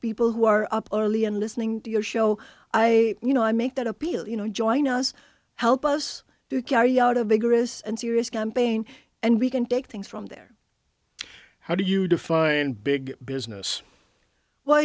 people who are up early and listening to your show i you know i make that appeal you know join us help us to carry out a vigorous and serious campaign and we can take things from there how do you define big business well